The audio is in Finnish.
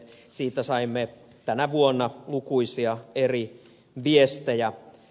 siitä saimme tänä vuonna lukuisia eri viestejä